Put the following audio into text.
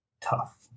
tough